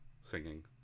singing